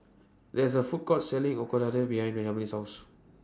There IS A Food Court Selling Ochazuke behind Jameel's House